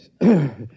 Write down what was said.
yes